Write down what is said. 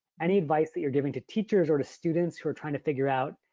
any advice that you're giving to teachers, or to students who are trying to figure out,